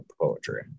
poetry